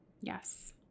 Yes